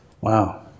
Wow